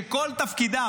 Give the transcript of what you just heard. שכל תפקידם,